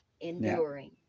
enduring